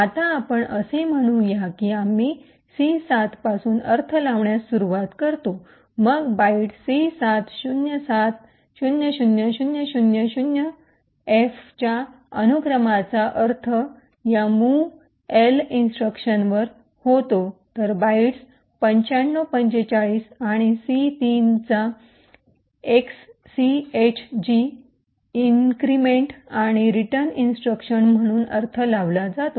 आता आपण असे म्हणूया की आम्ही सी 7 पासून अर्थ लावण्यास सुरुवात करतो मग बाइट सी 7 07 00 00 00 0 एफच्या अनुक्रमांचा अर्थ या मूव्ह एल इंस्ट्रक्शनवर होतो तर बाइट्स 95 45 आणि सी 3 चा एक्ससीएचजी इन्क्रीमेन्ट आणि रिटर्न इंस्ट्रक्शन म्हणून अर्थ लावला जातो